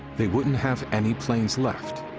they wouldn't have any planes left,